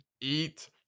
eat